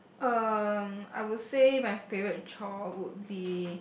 um I would say that my favourite chore would be